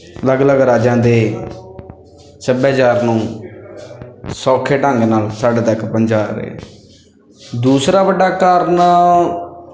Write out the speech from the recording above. ਅਲੱਗ ਅਲੱਗ ਰਾਜਾਂ ਦੇ ਸੱਭਿਆਚਾਰ ਨੂੰ ਸੌਖੇ ਢੰਗ ਨਾਲ ਸਾਡੇ ਤੱਕ ਪਹੁੰਚਾ ਰਹੇ ਦੂਸਰਾ ਵੱਡਾ ਕਾਰਨ